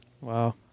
Wow